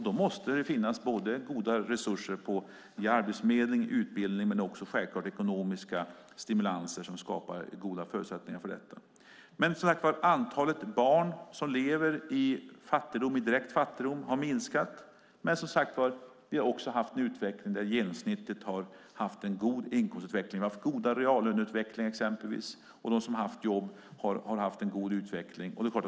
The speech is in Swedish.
Då måste det finnas goda resurser i arbetsförmedling och utbildning och givetvis också ekonomiska stimulanser som skapar goda förutsättningar för detta. Antalet barn som lever i direkt fattigdom har minskat. Vi har också haft en utveckling där genomsnittet har haft en god inkomstutveckling. Vi har haft god reallöneutveckling, och de som har jobb har haft en god utveckling.